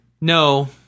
no